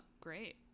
Great